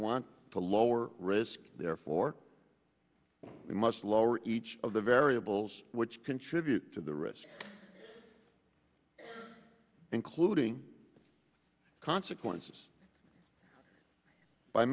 want to lower risk therefore you must lower each of the variables which contribute to the risk including consequences by